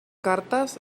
cartes